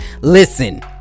listen